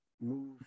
move